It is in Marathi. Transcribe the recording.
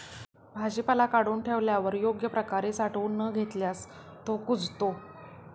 भाजीपाला काढून ठेवल्यावर योग्य प्रकारे साठवून न घेतल्यास तो कुजतो